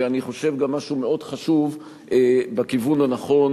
ואני חושב שגם משהו מאוד חשוב בכיוון הנכון